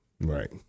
Right